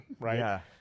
right